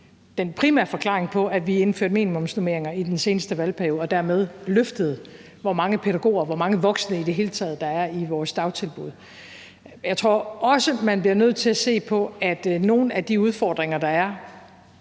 den primære forklaring på, at vi indførte minimumsnormeringer i den seneste valgperiode og dermed løftede, hvor mange pædagoger og hvor mange voksne i det hele taget der er i vores dagtilbud. Jeg tror også, at man bliver nødt til at se på, at nogle af de udfordringer, der er